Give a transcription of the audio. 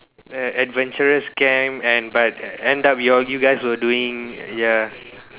ad~ adventurous camp and but end up you all you guys were doing ya